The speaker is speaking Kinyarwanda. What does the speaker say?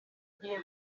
gihe